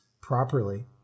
properly